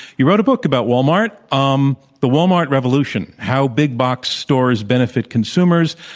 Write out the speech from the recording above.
you wrote a book about walmart, um the walmart revolution how big box stores benefit consumers.